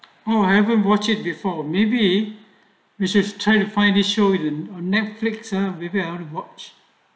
oh I haven't watch it before maybe we should try to find a show than Netflix ah maybe i want to watch